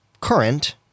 current